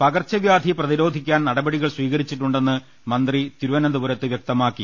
പകർച്ചവ്യാധി പ്രതിരോധിക്കാൻ നടപടികൾ സ്വീകരിച്ചിട്ടുണ്ടെന്ന് മന്ത്രി തിരുവനന്തപുരത്ത് വൃക്തമാക്കി